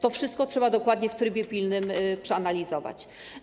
To wszystko trzeba dokładnie w trybie pilnym przeanalizować.